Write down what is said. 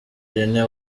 irene